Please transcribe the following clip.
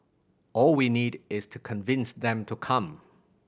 all we need is to convince them to come